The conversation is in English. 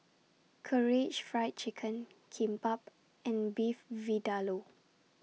Karaage Fried Chicken Kimbap and Beef Vindaloo